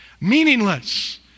Meaningless